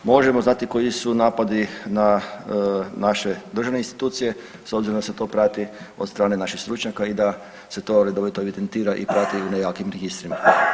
Možemo znati koji su napadi na naše državne institucije, s obzirom da se to prati od strane naših stručnjaka i da se to redovito evidentira i prati na jakim registrima.